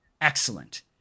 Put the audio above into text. excellent